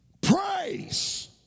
Praise